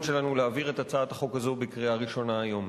שלנו להעביר את הצעת החוק הזאת בקריאה ראשונה היום.